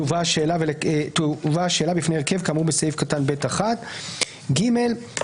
תובא השאלה בפני הרכב כאמור בסעיף קטן (ב)(1); (4)